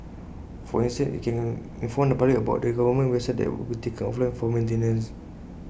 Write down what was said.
for instance IT can inform the public about the government websites that would be taken offline for maintenance